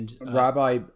Rabbi